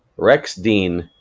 rex dean,